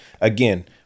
again